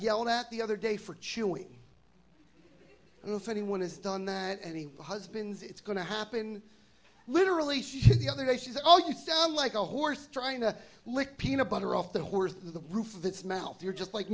yelled at the other day for chewing and if anyone has done that any husbands it's going to happen literally she said the other day she said oh you sound like a horse trying to lick peanut butter off the horse the roof of it's mouth you're just like